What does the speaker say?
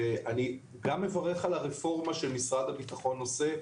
אני גם מברך על הרפורמה שמשרד הביטחון עושה.